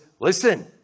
listen